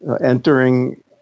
entering